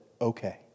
okay